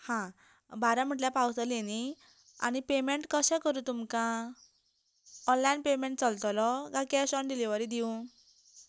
हां बारा म्हटल्यार पावतली न्ही आनी पेमेंन्ट कशें करूं तुमकां ऑनलायन पेमेंन्ट चलतलो कांय केश ऑन डिलिवरी दिवूं